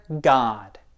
God